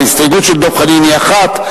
ההסתייגות של דב חנין היא אחת,